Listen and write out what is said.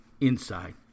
inside